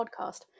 podcast